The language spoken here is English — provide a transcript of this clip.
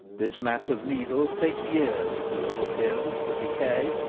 this mass of needles takes years, to all appearance, to decay,